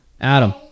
Adam